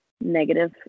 negative